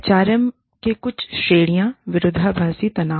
HRM में कुछ श्रेणियां विरोधाभासी तनाव